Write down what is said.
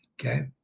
okay